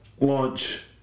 launch